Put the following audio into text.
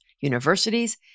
universities